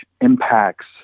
impacts